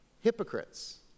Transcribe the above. hypocrites